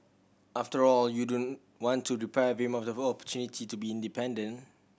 after all you don't want to deprive him of the opportunity to be independent